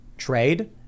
trade